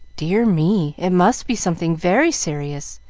dear me it must be something very serious.